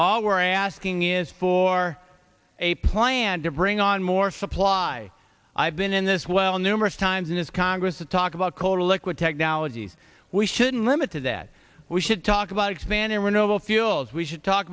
all we're asking is for or a plan to bring on more supply i've been in this well numerous times in this congress to talk about coal to liquid technologies we shouldn't limit to that we should talk about expanding renewable fuels we should talk